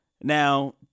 Now